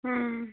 ಹ್ಞೂ